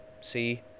see